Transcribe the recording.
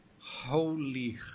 Holy